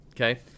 okay